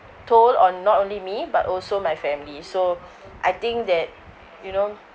toll on not only me but also my family so I think that you know